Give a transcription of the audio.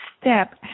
step